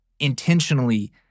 intentionally